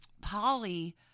Polly